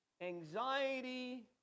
anxiety